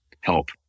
help